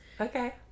Okay